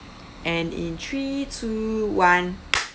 and in three two one